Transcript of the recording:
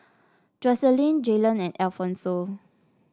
Jocelyn Jalen and Alphonso